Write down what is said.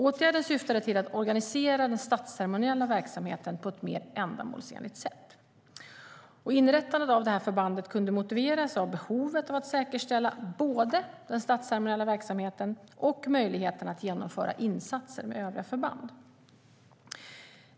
Åtgärden syftade till att organisera den statsceremoniella verksamheten på ett mer ändamålsenligt sätt. Inrättandet av förbandet kunde motiveras av behovet av att säkerställa både den statsceremoniella verksamheten och möjligheten att genomföra insatser med övriga förband.